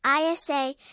isa